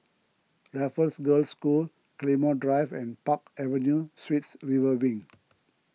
Raffles Girls' School Claymore Drive and Park Avenue Suites River Wing